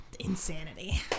Insanity